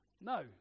No